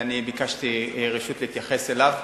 וביקשתי רשות להתייחס אליו,